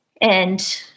and-